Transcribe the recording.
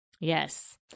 Yes